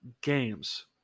games